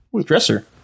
dresser